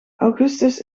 augustus